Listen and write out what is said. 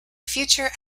future